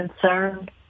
concerned